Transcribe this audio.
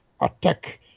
attack